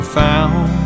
found